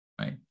right